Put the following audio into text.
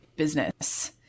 business